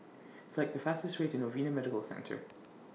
Select The fastest Way to Novena Medical Centre